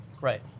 Right